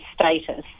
status